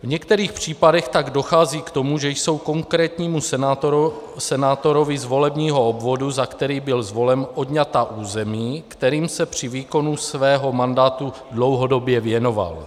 V některých případech tak dochází k tomu, že jsou konkrétnímu senátorovi z volebního obvodu, za který byl zvolen, odňata území, kterým se při výkonu svého mandátu dlouhodobě věnoval.